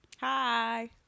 Hi